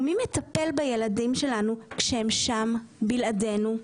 ומי מטפל בילדים שלנו כשהם שם, בלעדינו?